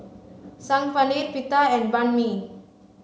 Saag Paneer Pita and Banh Mi